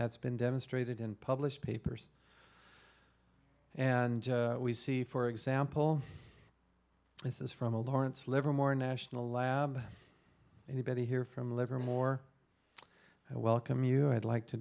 that's been demonstrated in published papers and we see for example this is from a lawrence livermore national lab anybody here from livermore i welcome you i'd like to